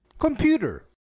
Computer